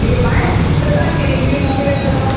cream आए त तव्हां क्रीम बि मोकिले छॾो